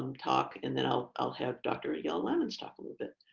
um talk, and then i'll i'll have dr. yeah aiello-lammens talk a little bit.